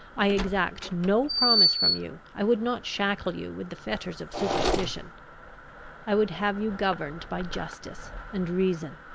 i exact no promise from you. i would not shackle you with the fetters of superstition i would have you governed by justice and reason.